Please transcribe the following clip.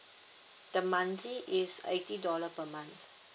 the monthly is eighty dollar per month